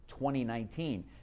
2019